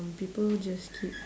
people just keep